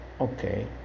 Okay